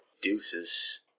Deuces